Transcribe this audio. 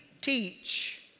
teach